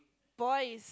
boy is